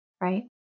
Right